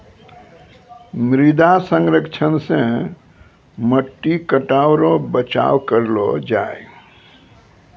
मृदा संरक्षण से मट्टी कटाव रो बचाव करलो जाय